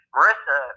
Marissa